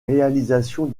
réalisations